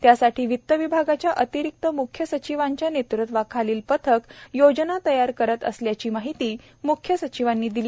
त्यासाठी वित्त विभागाच्या अतिरिक्त मुख्य सचिवांच्या नेतृत्वाखालील पथक योजना तयार करत असल्याची माहिती मुख्य सचिवांनी दिली